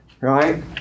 right